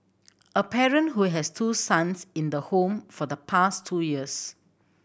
a parent who has two sons in the home for the past two years